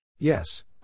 Yes